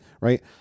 right